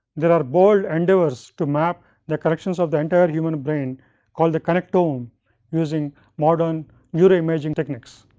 there are bold endeavours, to map the corrections of the entire human brain called the connectome, um using modern neuro imaging techniques.